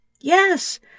Yes